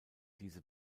diese